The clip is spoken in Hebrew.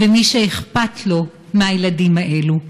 ואל מי שאכפת לו מהילדים האלה,